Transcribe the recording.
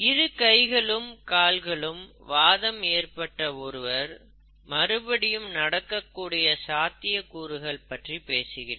இரு கைகளிலும் கால்களிலும் வாதம் ஏற்பட்ட ஒருவர் மறுபடியும் நடக்கக்கூடிய சாத்தியக்கூறுகள் பற்றி பேசுகிறது